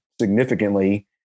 significantly